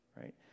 right